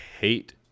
hate